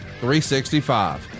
365